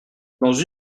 dans